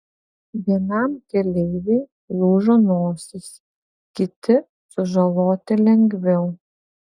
vienam keleiviui lūžo nosis kiti sužaloti lengviau